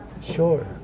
Sure